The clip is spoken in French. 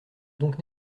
donc